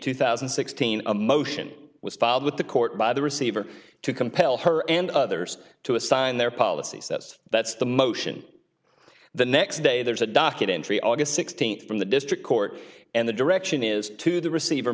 two thousand and sixteen a motion was filed with the court by the receiver to compel her and others to assign their policies that's that's the motion the next day there's a docket entry aug sixteenth from the district court and the direction is to the receiver